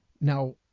Now